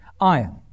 Iron